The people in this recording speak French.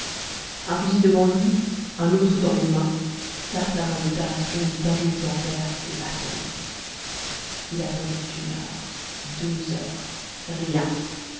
un fusil devant lui un autre dans les mains tartarin de tarascon mit un genou en terre et attendit il attendit une heure deux heures rien